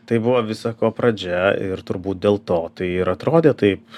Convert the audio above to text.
tai buvo visa ko pradžia ir turbūt dėl to tai ir atrodė taip